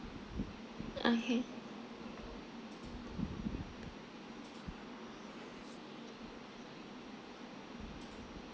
okay